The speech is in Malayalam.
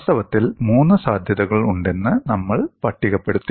വാസ്തവത്തിൽ മൂന്ന് സാധ്യതകൾ ഉണ്ടെന്ന് നമ്മൾ പട്ടികപ്പെടുത്തി